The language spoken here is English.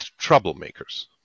troublemakers